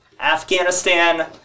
Afghanistan